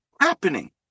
happening